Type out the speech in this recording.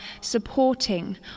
supporting